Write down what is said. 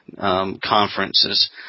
conferences